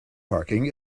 parking